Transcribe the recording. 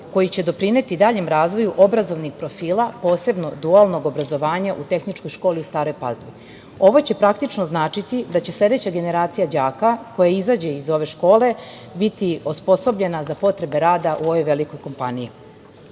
koji će doprineti daljem razvoju obrazovnih profila, posebno dualnog obrazovanja u Tehničkoj školi u Staroj Pazovi. Ovo će praktično značiti da će sledeća generacija đaka koja izađe iz ove škole biti osposobljena za potrebe rada u ovoj velikoj kompaniji. Od